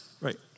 Right